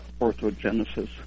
orthogenesis